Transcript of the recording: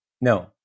No